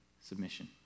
submission